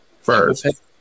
first